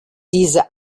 diese